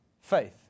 faith